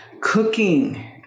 cooking